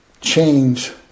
change